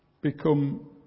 become